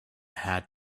had